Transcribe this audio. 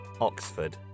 Oxford